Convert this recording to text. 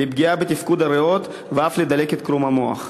לפגיעה בתפקוד הריאות ואף לדלקת קרום המוח.